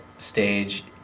stage